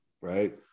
right